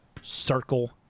circle